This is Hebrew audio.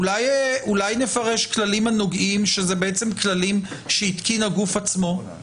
אולי נפרש "כללים הנוגעים" שזה בעצם כללים שהתקין הגוף עצמו,